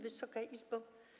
Wysoka Izbo!